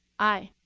aye.